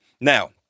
now